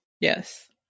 Yes